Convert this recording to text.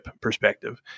perspective